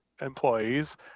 employees